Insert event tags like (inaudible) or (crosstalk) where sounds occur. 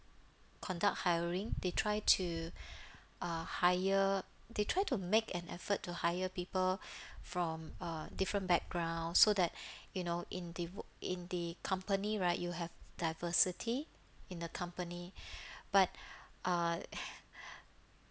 conduct hiring they try to (breath) uh hire they try to make an effort to hire people from a different background so that (breath) you know in the w~ in the company right you have diversity in the company (breath) but uh (noise)